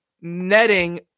netting